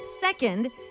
Second